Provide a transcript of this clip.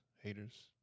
haters